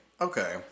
Okay